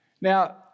Now